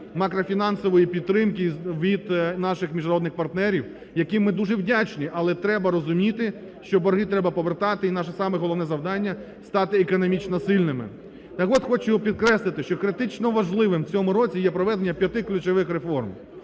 макрофінансової підтримки, від наших міжнародних партнерів, яким ми дуже вдячні, але треба розуміти, що борги треба повертати, і наше саме головне завдання – стати економічно сильними. Так от, хочу підкреслити, що критично важливим у цьому році є проведення п'яти ключових реформ,